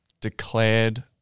declared